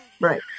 right